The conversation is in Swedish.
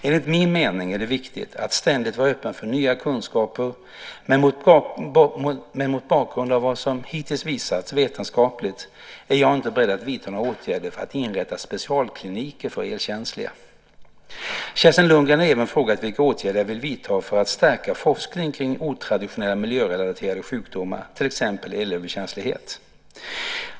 Enligt min mening är det viktigt att ständigt vara öppen för nya kunskaper, men mot bakgrund av vad som hittills visats vetenskapligt är jag inte beredd att vidta några åtgärder för att inrätta specialkliniker för elkänsliga. Kerstin Lundgren har även frågat vilka åtgärder jag vill vidta för att stärka forskning kring otraditionella miljörelaterade sjukdomar, till exempel elöverkänslighet.